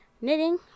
knitting